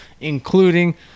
including